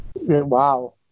wow